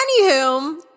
Anywho